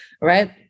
right